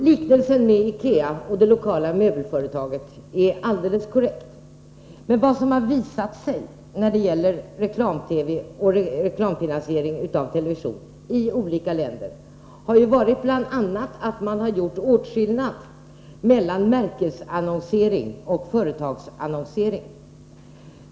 Liknelsen med IKEA och det lokala möbelföretaget var alldeles korrekt, men vad som har visat sig när det gäller reklamfinansiering av television i olika länder har ju bl.a. varit att man har gjort åtskillnad mellan märkesannonsering och företagsannonsering.